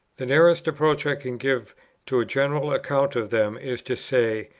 the nearest approach i can give to a general account of them is to say,